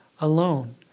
alone